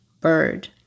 bird